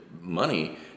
money